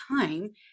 time